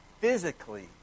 physically